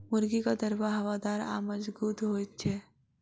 मुर्गीक दरबा हवादार आ मजगूत होइत छै